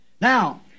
Now